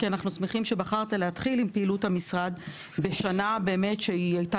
כי אנחנו שמחים שבחרת להתחיל עם פעילות המשרד בשנה שהייתה